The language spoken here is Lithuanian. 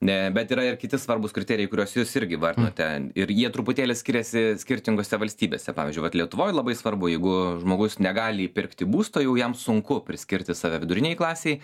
ne bet yra ir kiti svarbūs kriterijai kuriuos jūs irgi vardinote ir jie truputėlį skiriasi skirtingose valstybėse pavyzdžiui vat lietuvoj labai svarbu jeigu žmogus negali įpirkti būsto jau jam sunku priskirti save viduriniajai klasei